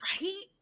Right